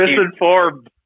misinformed